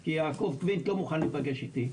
כי יעקב קווינט לא מוכן להיפגש איתי,